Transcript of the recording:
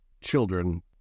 children